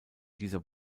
dieser